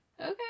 Okay